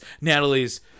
Natalie's